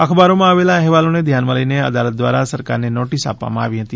અખબારોમાં આવેલા અહેવાલોને ધ્યાનમાં લઈને અદાલત દ્વારા સરકારને નોટીસ આપવામાં આવી હતી